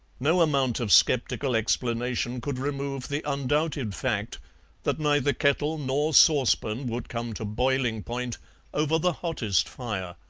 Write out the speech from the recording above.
no amount of sceptical explanation could remove the undoubted fact that neither kettle nor saucepan would come to boiling-point over the hottest fire.